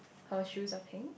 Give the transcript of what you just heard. her shoes are pink